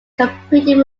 completed